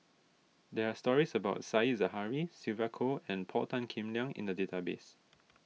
there are stories about Said Zahari Sylvia Kho and Paul Tan Kim Liang in the database